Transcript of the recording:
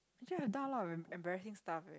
actually I've done a lot of em~ embarrassing stuff eh